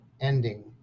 ending